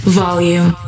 volume